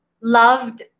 loved